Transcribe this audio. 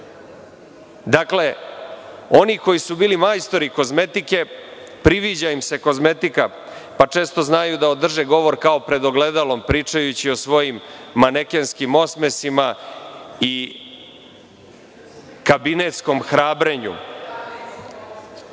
Dakle, oni koji su bili majstori kozmetike priviđa im se kozmetika, pa često znaju da održe govor kao pred ogledalom, pričajući o svojim manekenskim osmesima i kabinetskom hrabrenju.(Poslanici